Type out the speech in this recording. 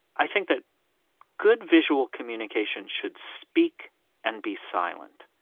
i think that good visual communication should speak and be silent.